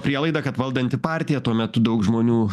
prielaida kad valdanti partija tuo metu daug žmonių